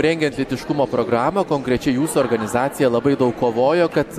rengiant lytiškumo programą konkrečiai jūsų organizacija labai daug kovojo kad